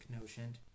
notion